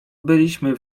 byliśmy